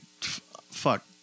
fuck